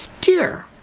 dear